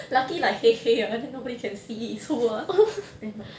lucky like 黑黑 [one] nobody can see is who ah then like